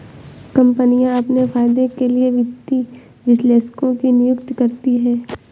कम्पनियाँ अपने फायदे के लिए वित्तीय विश्लेषकों की नियुक्ति करती हैं